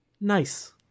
Nice